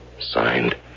Signed